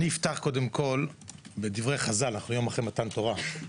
אפתח בדברי חז"ל אחרי יום מתן תורה.